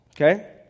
Okay